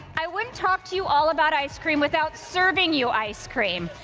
i wouldn't talk to you all about ice cream without serving you ice cream.